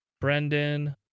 Brendan